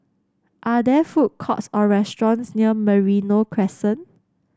are there food courts or restaurants near Merino Crescent